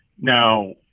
now